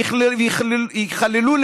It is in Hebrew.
ויכללו,